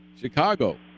Chicago